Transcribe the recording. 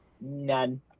None